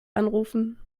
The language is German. anrufen